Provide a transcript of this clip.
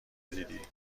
دیدی